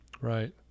Right